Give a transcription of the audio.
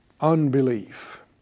unbelief